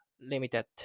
limited